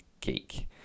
geek